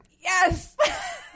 Yes